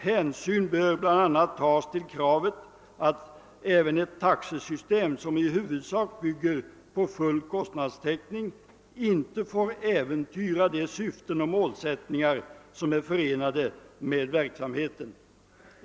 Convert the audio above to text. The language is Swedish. Hänsyn bör bl.a. tas till kravet att även ett taxesystem som i huvudsak bygger på full kostnadstäckning inte får äventyra de syften och målsättningar som är förenade med verksamheten.